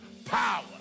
power